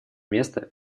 место